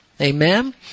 Amen